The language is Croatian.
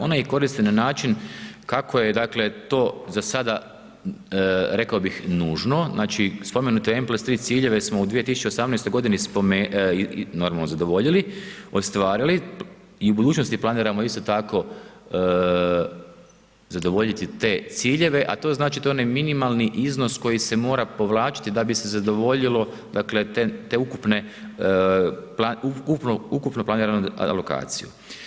Ona ih koristi na način kako je to zasada rekao bih nužno, znači spomenute ... ciljeve smo u 2018. g. normalno zadovoljili, ostvarili i u budućnosti planiramo isto tako zadovoljiti te ciljeve a to znači, to je onaj minimalni iznos koji se mora povlačiti da bi se zadovoljilo tu ukupno planiranu alokaciju.